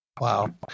Wow